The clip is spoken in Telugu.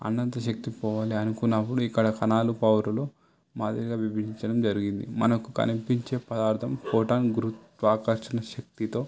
అనంత శక్తి పోవాలి అనుకున్నప్పుడు ఇక్కడ కణాలు పౌరులు మాదిరిగా విభజించడం జరిగింది మనకు కనిపించే పదార్థం ఫోటాన్ గురుత్వాకర్షణ శక్తితో